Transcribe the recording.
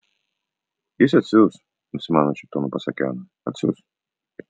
jis atsiųs nusimanančiu tonu pasakė ana atsiųs